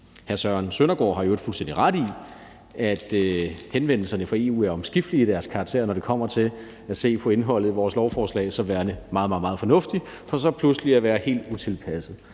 Hr. Søren Søndergaard har i øvrigt fuldstændig ret i, at henvendelserne fra EU er omskiftelige i deres karakter, når det kommer til at se på indholdet af vores lovforslag som først værende meget, meget fornuftigt for så pludselig at være helt utilpasset.